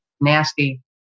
nasty